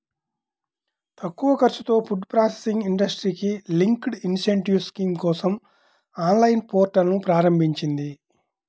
తక్కువ ఖర్చుతో food processing ఇండస్ట్రీకి లింక్డ్ ఇన్సెంటివ్ స్కీమ్ కోసం ఆన్లైన్ పోర్టల్ను ప్రారంభించింది